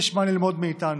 יש מה ללמוד מאיתנו.